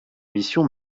mission